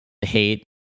hate